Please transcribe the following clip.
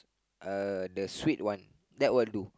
uh the sweet one that will do